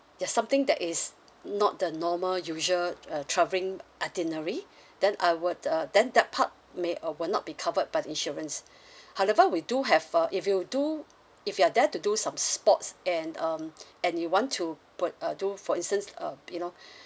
ya something that is not the normal usual uh travelling itinerary then I would uh then that part may or will not be covered by the insurance however we do have a if you do if you are there to do some sports and um and you want to put uh do for instance um you know